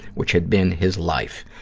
which had been his life.